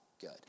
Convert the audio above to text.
good